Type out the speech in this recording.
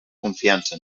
confiança